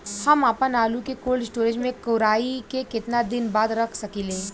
हम आपनआलू के कोल्ड स्टोरेज में कोराई के केतना दिन बाद रख साकिले?